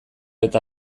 eta